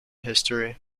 history